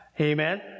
Amen